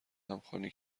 همخوانی